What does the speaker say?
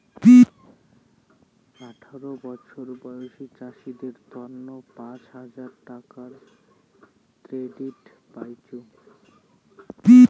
আঠারো বছর বয়সী চাষীদের তন্ন পাঁচ হাজার টাকার ক্রেডিট পাইচুঙ